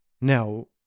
now